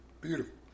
beautiful